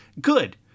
Good